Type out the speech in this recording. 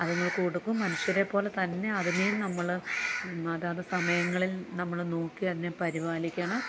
അതിന് കൊടുക്കും മനുഷ്യരെ പോലെത്തന്നെ അതിനേയും നമ്മൾ അതാത് സമയങ്ങളിൽ നമ്മൾ നോക്കി അതിനെ പരിപാലിക്കണം